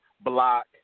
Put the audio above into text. block